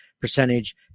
percentage